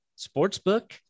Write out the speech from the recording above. Sportsbook